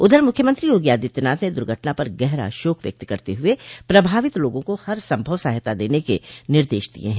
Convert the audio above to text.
उधर मुख्यमंत्री योगी आदित्यनाथ ने दुर्घटना पर गहरा शोक व्यक्त करते हुए प्रभावित लोगों को हर संभव सहायता देने के निर्देश दिये हैं